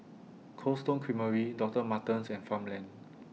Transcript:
Cold Stone Creamery Doctor Martens and Farmland